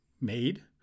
made